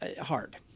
hard